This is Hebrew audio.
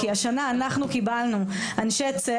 כי השנה אנחנו קיבלנו אנשי צוות,